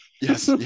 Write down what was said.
Yes